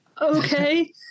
Okay